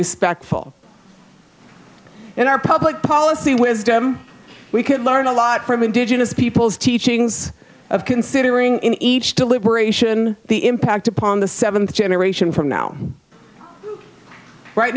respectful in our public policy wisdom we could learn a lot from indigenous peoples teachings of considering in each deliberation the impact upon the seventh generation from now right